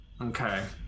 Okay